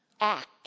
Act